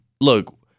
look